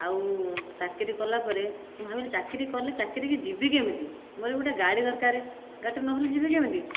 ଆଉ ଚାକିରି କଲା ପରେ ମୁଁ ଭାବିଲି ଚାକିରି କଲେ ଚାକିରିକୁ ଯିବି କେମିତି ମୋ'ର ଗୋଟିଏ ଗାଡ଼ି ଦରକାର ଗାଡ଼ିଟିଏ ନହେଲେ ଯିବି କେମିତି